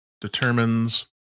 determines